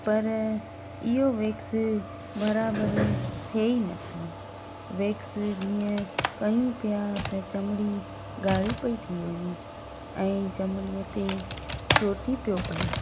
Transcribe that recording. पर इहो वेक्स बराबरि थिए ई न पियो वेक्स जीअं कयूं पयां त चमड़ी ॻाणी पई थी वञे ऐं चमड़ीअ ते चिपकी पियो पए